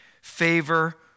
favor